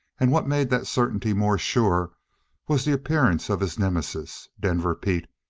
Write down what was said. and what made that certainty more sure was the appearance of his nemesis, denver pete,